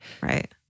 Right